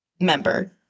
member